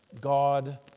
God